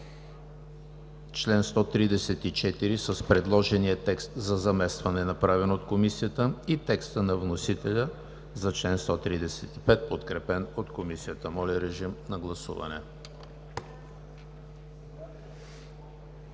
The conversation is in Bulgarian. чл. 134 с предложения текст за заместване, направен от Комисията; и текста на вносителя за чл. 135, подкрепен от Комисията. Гласували